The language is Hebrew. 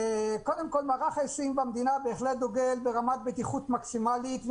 מערך ההיסעים במדינה בהחלט דוגל ברמת בטיחות מקסימלית,